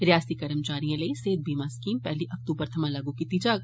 रियासती कर्मचारियें लेई सेहत बीमा स्कीम पैहली अक्तूबर थमां लागू कीती जाग